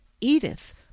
edith